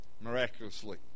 miraculously